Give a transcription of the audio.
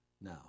now